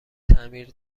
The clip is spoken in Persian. تعمیر